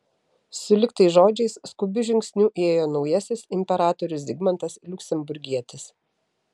sulig tais žodžiais skubiu žingsniu įėjo naujasis imperatorius zigmantas liuksemburgietis